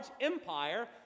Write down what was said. empire